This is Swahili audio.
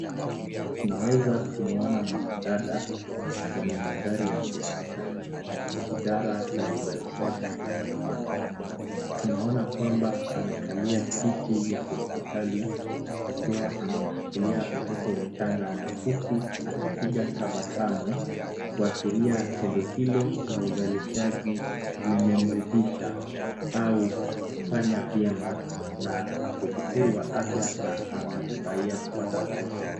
Tunaweza kumuona mwanadada, kwenye mandari ya hospitali, idhara ya uzalishaji ya wanawake. Tunanaona kwamba anakalia kiti ya hospitali, akiwa amemshikilia mtoto mchanga na huku akipiga tabasamu kuashiria tendo hilo za uzalishaji limemridhisha au kufanya vyema na ako buheri wa afya na amefurahia kupata mtoto.